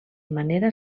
manera